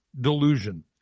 Delusion